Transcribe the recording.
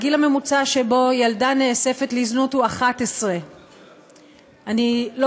הגיל הממוצע שבו ילדה נאספת לזנות הוא 11. אני לא